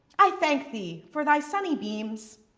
i thank thee for the sunny beams.